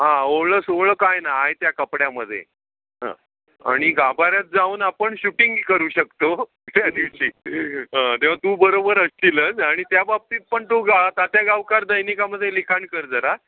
हां ओवळं सोवळं काय नाही आहे त्या कपड्यामध्ये हं आणि गाभाऱ्यात जाऊन आपण शूटिंग करू शकतो त्या दिवशी हां तेव्हा तू बरोबर असशीलच आणि त्या बाबतीत पण तू गा तात्या गावकार दैनिकामध्ये लिखाण कर जरा